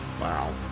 wow